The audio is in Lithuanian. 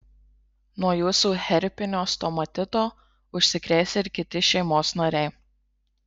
nuo jūsų herpinio stomatito užsikrės ir kiti šeimos nariai